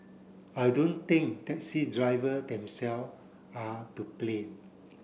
I don't think taxi driver themselves are to blame